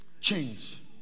Change